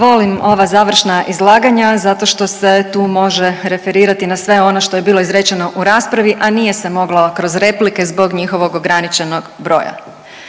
Volim ova završna izlaganja zato što se tu može referirati na sve ono što je bilo izrečeno u raspravi, a nije se moglo kroz replike zbog njihovog ograničenog broja.